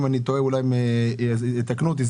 אם אני טועה, אולי יתקנו אותי.